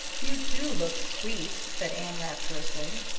you do look sweet, said anne rapturously.